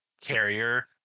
carrier